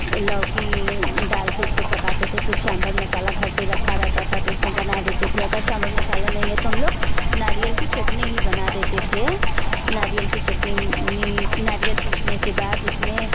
लौकी डाल के उसको पकाते थे फिर सांबर मसाला घर पे रखा रहता था तो उसमें बना देते थे अगर सांबर मसाला नहीं है तो हम लोग नारियल की चटनी ही बना देते थे नारियल की चटनी नहीं नारियल पीसने के बाद उसमें